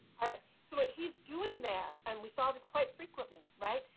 alright, so what he's doing there. and we saw this quite frequently, right,